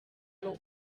lalu